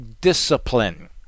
discipline